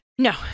No